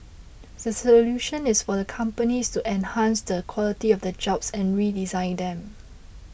the solution is for the companies to enhance the quality of the jobs and redesign them